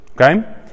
okay